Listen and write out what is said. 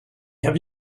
have